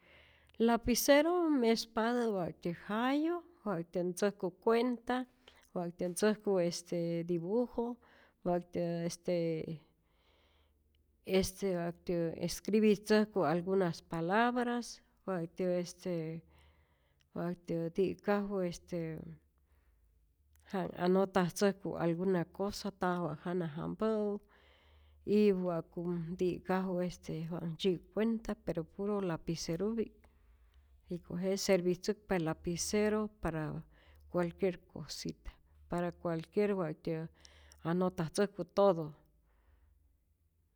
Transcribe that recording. Lapicero mespatä wa'tyä jayu, wa'ktyät ntzäjku cuenta, wa'ktyät ntzäjku este dibujo, wa'ktyä este este wa'ktyä escribitzäjku algunas palabras, wa'ktyä este wa'ktyä ti'kaju este ja anotatzäjku alguna cosa pa wa' jana jampä'u, y wa'kum ti'kaju este, wa ntzyi cuenta pero puro lapicerupi'k, jiko' jete servitzäkpa lapicero para cualquier cosita para cualquier wa'tyä anotatzäjku todo.